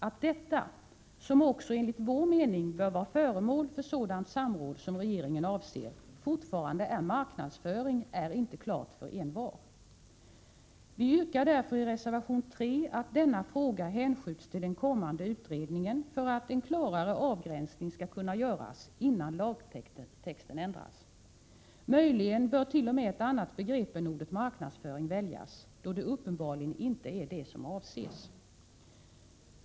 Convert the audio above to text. Att detta — som också enligt vår mening bör vara föremål för sådant samråd som regeringen avser — fortfarande är marknadsföring är inte klart för envar. Vi yrkar därför i reservation 3 att denna fråga hänskjuts till den kommande utredningen, så att en klarare avgränsning skall kunna göras innan lagtexten ändras. Möjligen bör t.o.m. ett annat begrepp än ordet marknadsföring väljas, då det uppenbarligen inte är det som avses.